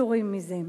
פטורים מזה.